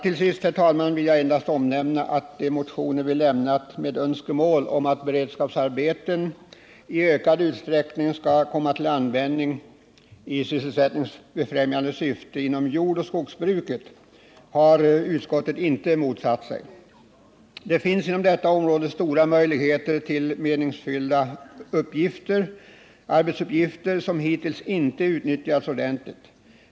Till sist vill jag endast omnämna att de motioner vi väckt med önskemål om att beredskapsarbeten i ökad utsträckning skall komma till användning i sysselsättningsskapande syfte inom jordoch skogsbruket har utskottet inte motsatt sig. Det finns inom detta område stora möjligheter till meningsfyllda arbetsuppgifter som hittills inte utnyttjats ordentligt.